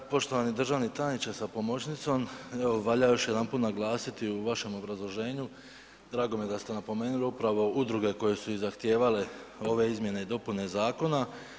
Kolega, poštovani državni tajniče sa pomoćnicom, evo valja još jedanput naglasiti u vašem obrazloženju, drago mi je da ste napomenuli upravo udruge koje su i zahtijevale ove izmjene o dopune zakona.